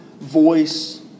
voice